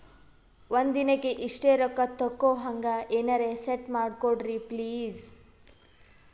ಒಂದಿನಕ್ಕ ಇಷ್ಟೇ ರೊಕ್ಕ ತಕ್ಕೊಹಂಗ ಎನೆರೆ ಸೆಟ್ ಮಾಡಕೋಡ್ರಿ ಪ್ಲೀಜ್?